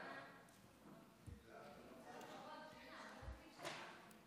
חוק איסור פרסום מידע לגבי